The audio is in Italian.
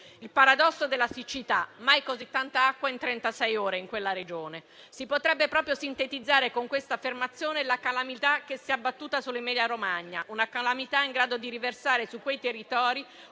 Il paradosso della siccità: mai così tanta acqua in trentasei ore in quella regione. Si potrebbe proprio sintetizzare con questa affermazione la calamità che si è abbattuta sull'Emilia-Romagna, una calamità in grado di riversare su quei territori